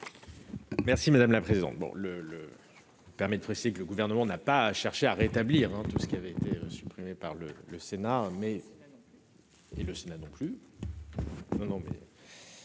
secrétaire d'État. Je me permets de préciser que le Gouvernement n'a pas cherché à rétablir tout ce qui avait été supprimé par le Sénat ... Le Sénat non plus